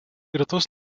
rytus